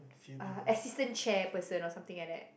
uh assistant chairperson or something like that